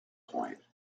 point